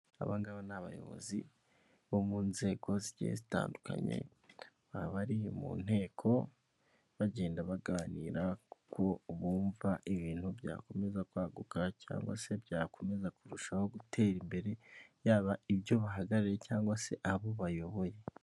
Abangaba ni abayobozi bo mu nzego zigiye zitandukanye aho bari mu nteko bagenda baganira ku bumva ibintu byakomeza kwaguka, cyangwa se byakomeza kurushaho gutera imbere, yaba ibyo bahagarariye cyangwa se abo bayoboye.